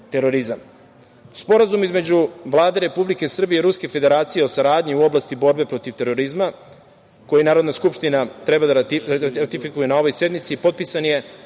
između Vlade Republike Srbije i Ruske Federacije o saradnji u oblasti borbe protiv terorizma, koji Narodna skupština treba da ratifikuje na ovoj sednici, potpisan je